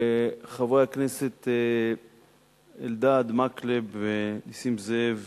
חברי הכנסת אלדד, מקלב ונסים זאב